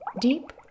Deep